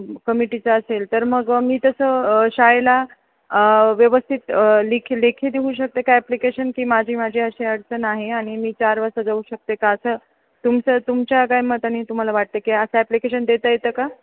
क कमिटीचं असेल तर मग मी तसं शाळेला व्यवस्थितलिखी लेखी देऊ शकते काय ॲप्लिकेशन की माझी माझी अशी अडचण आहे आणि मी चार वाजता जाऊ शकते का असं तुमचं तुमच्या काय मतानी तुम्हाला वाटते की असं ॲप्लिकेशन देता येतं का